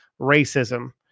racism